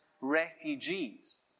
refugees